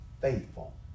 faithful